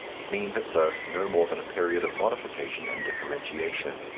it means at first no more than a period of modification and differentiation.